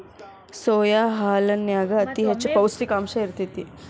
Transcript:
soya ಹಾಲನ್ಯಾಗ ಅತಿ ಹೆಚ್ಚ ಪೌಷ್ಟಿಕಾಂಶ ಇರ್ತೇತಿ